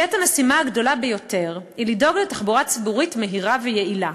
כעת המשימה הגדולה ביותר היא לדאוג לתחבורה ציבורית מהירה ויעילה,